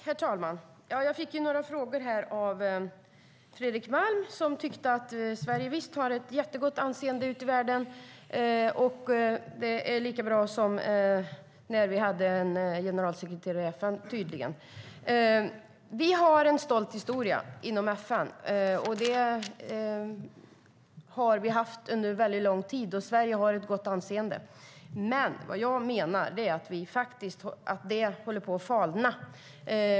Herr talman! Jag fick några frågor av Fredrik Malm som tyckte att Sverige visst har ett mycket gott anseende ute i världen och att det tydligen är lika bra som när vi hade en generalsekreterare i FN. Vi har en stolt historia inom FN, och det har vi haft under mycket lång tid. Sverige har ett gott anseende. Men vad jag menar är att det håller på att falna.